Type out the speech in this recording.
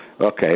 Okay